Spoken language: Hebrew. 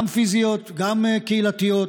גם פיזיות, גם קהילתיות,